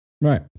Right